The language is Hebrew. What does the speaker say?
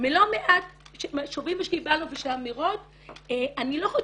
מלא מעט מי שקיבלנו --- אני לא חושבת